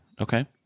okay